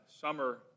summer